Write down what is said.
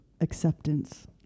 acceptance